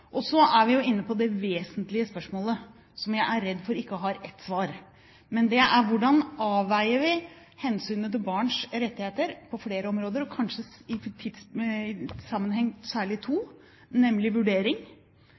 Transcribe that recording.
Så er vi her inne på et vesentlig spørsmål som jeg er redd for ikke har ett svar, og det er: Hvordan avveier vi hensynet til barns rettigheter på flere områder, og kanskje i tidssammenheng særlig to, nemlig vurdering